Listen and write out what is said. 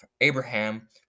Abraham